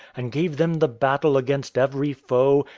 and gave them the battle against every foe,